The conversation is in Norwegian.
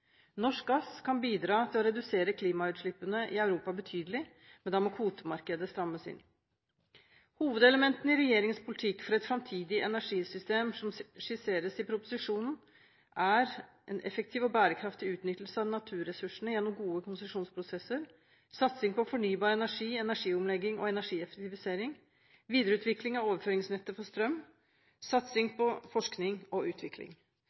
Norsk gass kan bidra til å redusere klimautslippene i Europa betydelig, men da må kvotemarkedet strammes inn. Hovedelementene i regjeringens politikk for et framtidig energisystem som skisseres i proposisjonen, er en effektiv og bærekraftig utnyttelse av naturressursene gjennom gode konsesjonsprosesser satsing på fornybar energi, energiomlegging og energieffektivisering videreutvikling av overføringsnettet for strøm satsing på forskning og utvikling.